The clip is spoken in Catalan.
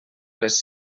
les